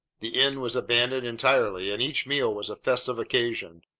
the inn was abandoned entirely, and each meal was a festive occasion.